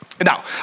Now